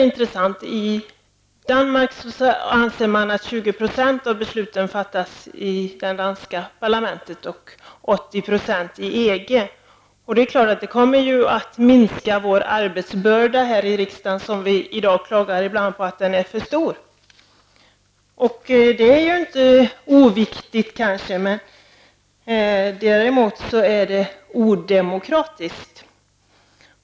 I Danmark anser man att 20 % av besluten fattas i det danska parlamentet, medan 80 % av besluten fattas i EG. Ett EG medlemskap kommer helt klart att minska vår arbetsbörda här i riksdagen, den arbetsbörda som många ibland klagar över att den är för stor. Det är kanske inte oviktigt i det här sammanhanget, men däremot är det odemokratiskt.